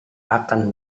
akan